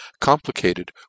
complicated